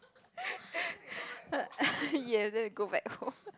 yes then we go back home